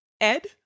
Ed